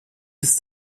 ist